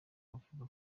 avuga